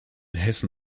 hessen